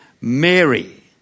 Mary